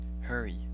Hurry